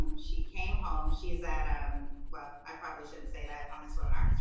she came home. she's at a um well, i probably shouldn't say that on this webinar.